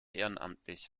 ehrenamtlich